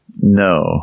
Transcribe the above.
No